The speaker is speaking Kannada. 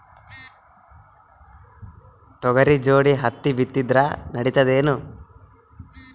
ತೊಗರಿ ಜೋಡಿ ಹತ್ತಿ ಬಿತ್ತಿದ್ರ ನಡಿತದೇನು?